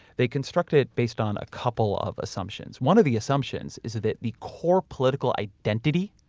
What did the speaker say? they construct it based on a couple of assumptions. one of the assumptions is that the core political identity,